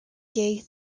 gay